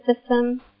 system